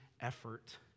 effort